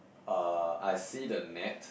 uh I see the net